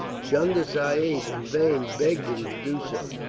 chunda sahib, in vain, begged him to do so.